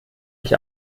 ich